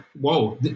whoa